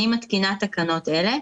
אני מתקינה תקנות אלה: